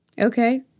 Okay